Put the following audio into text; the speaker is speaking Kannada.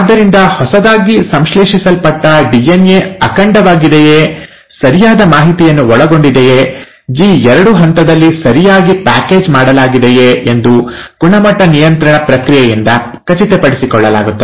ಆದ್ದರಿಂದ ಹೊಸದಾಗಿ ಸಂಶ್ಲೇಷಿಸಲ್ಪಟ್ಟ ಡಿಎನ್ಎ ಅಖಂಡವಾಗಿದೆಯೆ ಸರಿಯಾದ ಮಾಹಿತಿಯನ್ನು ಒಳಗೊಂಡಿದೆಯೆ ಜಿ2 ಹಂತದಲ್ಲಿ ಸರಿಯಾಗಿ ಪ್ಯಾಕೇಜ್ ಮಾಡಲಾಗಿದೆಯೆ ಎಂದು ಗುಣಮಟ್ಟ ನಿಯಂತ್ರಣ ಪ್ರಕ್ರಿಯೆಯಿಂದ ಖಚಿತಪಡಿಸಿಕೊಳ್ಳಲಾಗುತ್ತದೆ